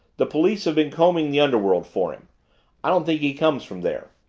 the police have been combing the underworld for him i don't think he comes from there.